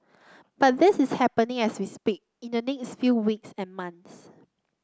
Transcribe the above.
but this is happening as we speak in the next few weeks and months